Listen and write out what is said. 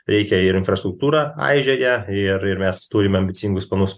reikia ir infrastruktūra aižėja ir ir mes turim ambicingus planus